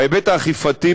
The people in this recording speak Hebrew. בהיבט האכיפתי,